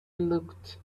looked